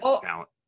talent